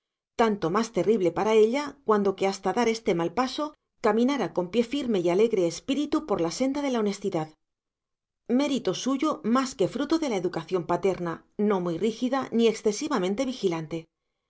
tanto más terrible para ella cuanto que hasta dar este mal paso caminara con pie firme y alegre espíritu por la senda de la honestidad mérito suyo más que fruto de la educación paterna no muy rígida ni excesivamente vigilante